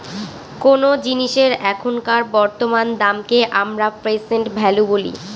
কোনো জিনিসের এখনকার বর্তমান দামকে আমরা প্রেসেন্ট ভ্যালু বলি